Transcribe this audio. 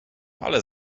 ale